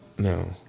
No